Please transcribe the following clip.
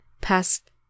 past